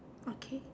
okay